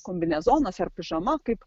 kombinezonas ar pižama kaip